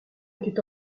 était